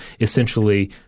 essentially